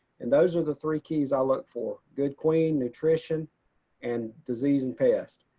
and those are the three keys i look for, good queen, nutrition and disease and pest.